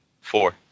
four